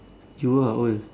you ah old